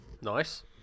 Nice